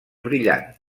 brillant